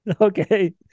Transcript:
Okay